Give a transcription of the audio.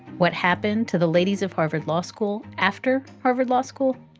what happened to the ladies of harvard law school after harvard law school?